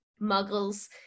muggles